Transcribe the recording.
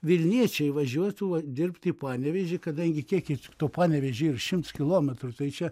vilniečiai važiuotų va dirbt į panevėžį kadangi kiek iki to panevėžio yra šimts kilometrų tai čia